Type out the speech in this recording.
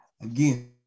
Again